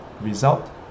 result